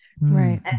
Right